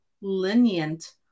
lenient